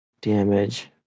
damage